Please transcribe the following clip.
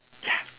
ya